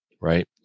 right